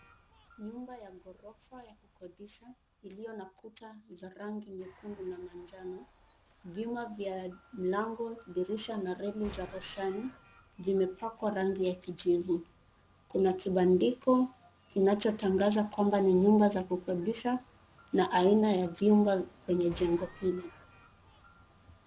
Nyumba ya ghorofa ya kukodisha iliyo na kuta za rangi ya nyekundu na manjano. Vyuma vya mlango, dirisha na reli za roshani vimepakwa rangi ya kijivu. Kuna kibandiko kinachotangaza kwamba ni nyumba za kukodisha na aina ya nyumba kwenye jengo hilo.